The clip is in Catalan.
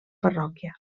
parròquia